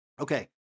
Okay